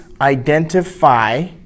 identify